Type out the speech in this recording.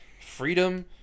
freedom